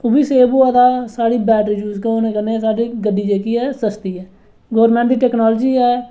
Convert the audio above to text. ओह् बी सेव होआ दा साढ़ी बैटरी यूज होने कन्नै साढ़ै गड्डी जेह्की ऐ सस्ती ऐ गौरमैंट दी टैक्नालजी ऐ